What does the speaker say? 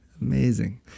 Amazing